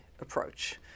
approach